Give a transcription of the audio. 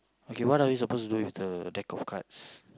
okay what are we supposed to do with the deck of cards